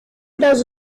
does